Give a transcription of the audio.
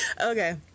Okay